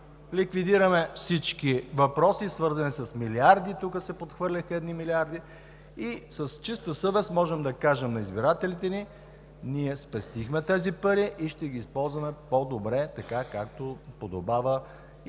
ликвидираме всички въпроси, свързани с милиарди – тук се подхвърляха едни милиарди – и с чиста съвест можем да кажем на избирателите ни, че ние сместихме тези пари и ще ги използваме по-добре така, както подобава и